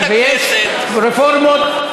ויש רפורמות.